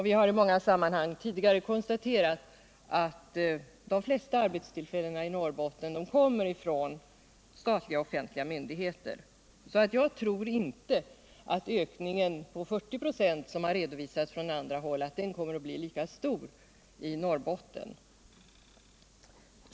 Vi har i många sammanhang tidigare konstaterat att de flesta arbetstillfällena i Norrbotten kommer från statliga offentliga myndigheter. Så jag tror inte att den ökning med 40 96 som redovisats från andra håll kommer att bli lika stor i Norrbotten.